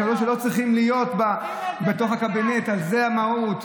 הקלות שלא צריך להיות בתוך הקבינט, זו המהות.